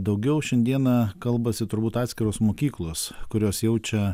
daugiau šiandieną kalbasi turbūt atskiros mokyklos kurios jaučia